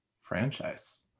franchise